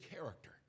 character